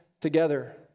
together